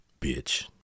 bitch